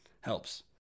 helps